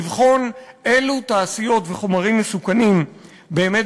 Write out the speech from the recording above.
לבחון אילו תעשיות וחומרים מסוכנים באמת